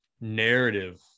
narrative